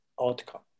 outcome